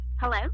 hello